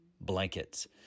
Blankets